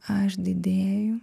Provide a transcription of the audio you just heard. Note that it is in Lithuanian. aš didėju